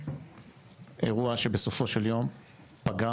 אירוע שבסופו של יום פגע